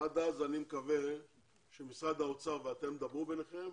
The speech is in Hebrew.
עד אז אני מקווה שמשרד האוצר ואתם תדברו ביניכם,